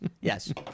Yes